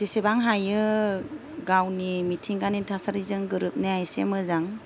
जेसेबां हायो गावनि मिथिंगानि थासारिजों गोरोबनाया एसे मोजां